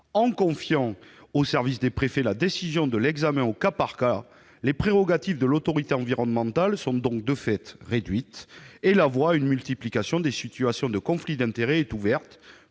En confiant aux services des préfets la décision de l'examen au cas par cas, les prérogatives de l'autorité environnementale sont de fait réduites, ce qui ouvre la voie à une multiplication des situations de conflits d'intérêts. Au